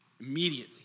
Immediately